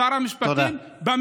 שר המשפטים, תודה.